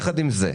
יחד עם זאת,